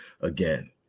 again